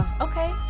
okay